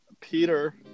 Peter